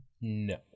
No